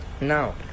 Now